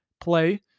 play